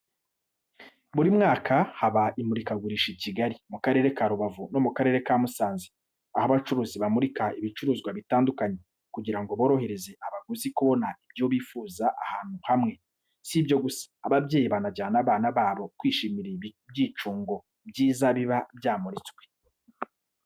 Buri mwaka haba imurikagurisha i Kigali, mu Karere ka Rubavu no mu Karere ka Musanze, aho abacuruzi bamurika ibicuruzwa bitandukanye, kugira ngo borohereze abaguzi kubona ibyo bifuza ahantu hamwe. Si ibyo gusa, ababyeyi banajyana abana babo kwishimira ibyicungo byiza biba byamuritswe.